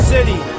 City